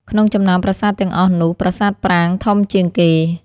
ក្នុងចំណោមប្រាសាទទាំងអស់នោះ ប្រាសាទប្រាង្គធំជាងគេ ។